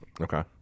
Okay